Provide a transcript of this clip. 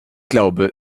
glaube